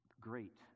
Great